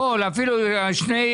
הכול, אפילו שני?